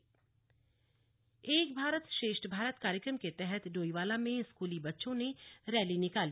एक भारत श्रेष्ठ भारत एक भारत श्रेष्ठ भारत कार्यक्रम के तहत डोईवाला में स्कूली बच्चों ने रैली निकाला